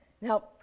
Now